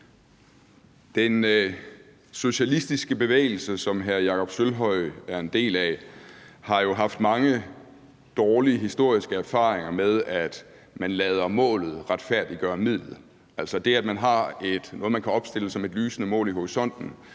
Den socialistiske bevægelse, som hr. Jakob Sølvhøj er en del af, har jo haft mange dårlige historiske erfaringer med, at man lader målet retfærdiggøre midlet – altså at det, at man har noget, man kan opstille som et lysende mål i horisonten,